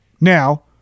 now